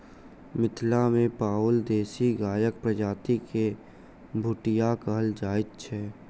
मिथिला मे पाओल देशी गायक प्रजाति के भुटिया कहल जाइत छै